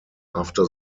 after